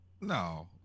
No